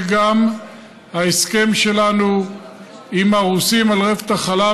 גם ההסכם שלנו עם הרוסים על רפת החלב,